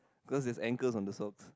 cause there's ankles on the sock